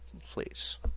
please